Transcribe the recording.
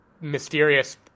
mysterious